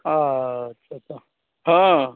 अच्छा तऽ हाँ